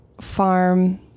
farm